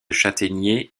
châtaigniers